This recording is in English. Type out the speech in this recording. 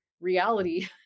reality